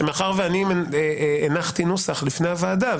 מאחר שהנחתי נוסח לפני הוועדה,